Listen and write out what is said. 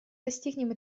достигнем